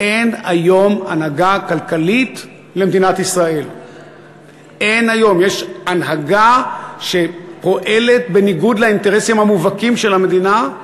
מנהיגות כלכלית שבשעה שכל העולם קורס,